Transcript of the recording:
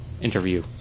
interview